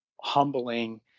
humbling